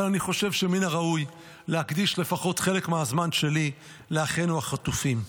אבל אני חושב שמן הראוי להקדיש לפחות חלק מהזמן שלי לאחינו החטופים.